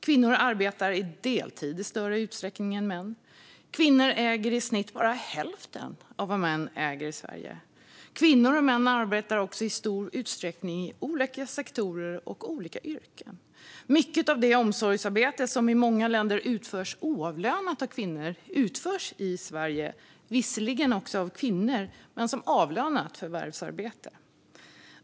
Kvinnor arbetar deltid i större utsträckning än män. Kvinnor äger i snitt bara hälften av vad män äger i Sverige. Kvinnor och män arbetar också i stor utsträckning inom olika sektorer och yrken. Mycket av det omsorgsarbete som i många länder utförs oavlönat av kvinnor utförs i Sverige visserligen också av kvinnor men som avlönat förvärvsarbete.